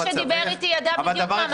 מי שדיבר איתי ידע בדיוק מה מצבי.